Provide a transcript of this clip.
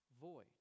void